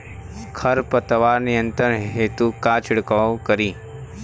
खर पतवार नियंत्रण हेतु का छिड़काव करी?